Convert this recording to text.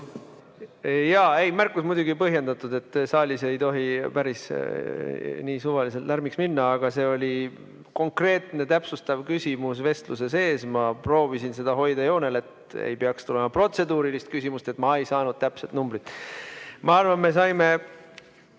Ligi! Märkus on muidugi põhjendatud, et saalis ei tohi päris suvaliselt lärmiks minna, aga see oli konkreetne täpsustav küsimus vestluse sees ja ma proovisin seda hoida joonel, et ei peaks tulema protseduurilist küsimust, et ei saanud täpset numbrit. Ma arvan, me saime